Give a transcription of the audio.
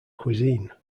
cuisine